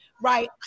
Right